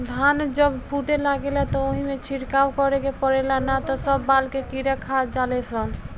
धान जब फूटे लागेला त ओइमे छिड़काव करे के पड़ेला ना त सब बाल के कीड़ा खा जाले सन